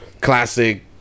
classic